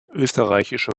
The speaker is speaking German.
österreichische